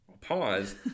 Pause